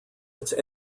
its